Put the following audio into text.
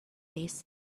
this